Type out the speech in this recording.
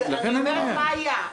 אני אומרת מה היה.